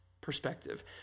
perspective